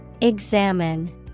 Examine